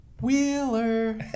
Wheeler